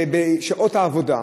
זה בשעות העבודה,